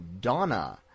donna